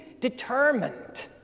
determined